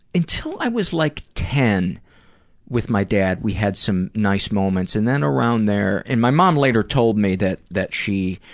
until i was like ten with my dad we had some nice moments and then around there. and my mom later told me that that she